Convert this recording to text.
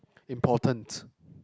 important